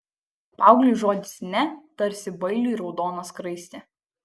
paaugliui žodis ne tarsi buliui raudona skraistė